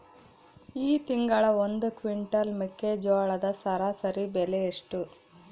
ಈ ತಿಂಗಳ ಒಂದು ಕ್ವಿಂಟಾಲ್ ಮೆಕ್ಕೆಜೋಳದ ಸರಾಸರಿ ಬೆಲೆ ಎಷ್ಟು?